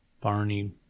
Barney